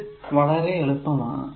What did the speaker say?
ഇത് വളരെ എളുപ്പമാണ്